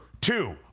two